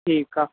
ठीकु आहे